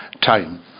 time